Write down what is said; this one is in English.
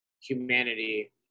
humanity